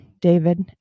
David